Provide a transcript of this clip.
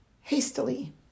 hastily